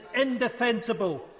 indefensible